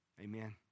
Amen